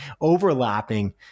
overlapping